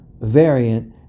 variant